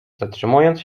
zatrzymując